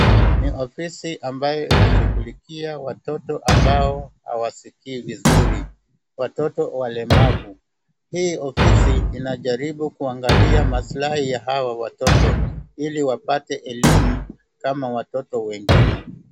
Ni ofisi ambayo inashughulikia watoto ambao hawaskii vizuri, watoto walemavu. Hii ofisi inajaribu kuangalia maslahi ya hawa watoto ili wapate elimu kama watoto wengine.